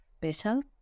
better